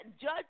judge